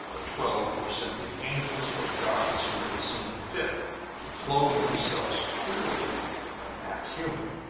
the twelve were simply angels or gods who had seen fit to clothe themselves queerly and act human.